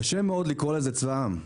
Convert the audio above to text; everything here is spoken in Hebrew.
קשה מאוד לקרוא לזה צבא העם.